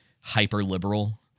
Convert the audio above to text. hyper-liberal